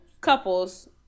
couples